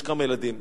יש כמה ילדים,